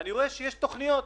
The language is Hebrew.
אני רואה שיש תוכניות,